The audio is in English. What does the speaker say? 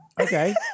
Okay